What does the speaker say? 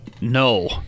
No